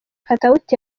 katauti